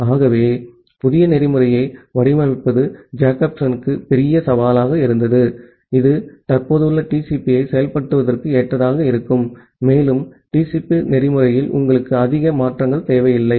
ஆகவே புதிய புரோட்டோகாலை வடிவமைப்பது ஜேக்கப்சனுக்கு பெரும் சவாலாக இருந்தது இது தற்போதுள்ள TCP ஐ செயல்படுத்துவதற்கு ஏற்றதாக இருக்கும் மேலும் TCP புரோட்டோகால்யில் உங்களுக்கு அதிக மாற்றங்கள் தேவையில்லை